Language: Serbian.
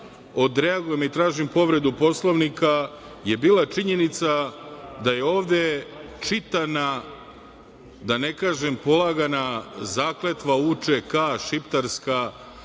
odreagujem i tražim povredu Poslovnika, je bila činjenica da je ovde čitana, da ne kažem polagana zakletva UČK šiptarska